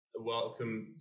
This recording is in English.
Welcome